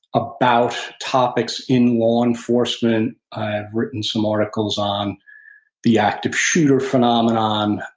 about topics in law enforcement. i've written some articles on the active shooter phenomenon.